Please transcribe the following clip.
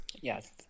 Yes